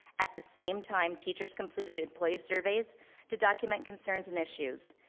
at the same time, teachers completed employee surveys to document concerns and issues.